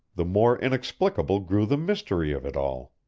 the more inexplicable grew the mystery of it all.